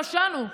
פשענו,